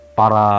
para